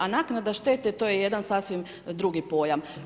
A naknada štete to je jedan sasvim drugi pojam.